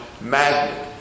magnet